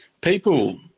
people